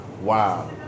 Wow